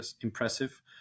impressive